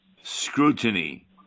scrutiny